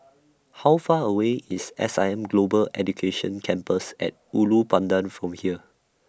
How Far away IS S I M Global Education Campus At Ulu Pandan from here